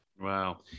Wow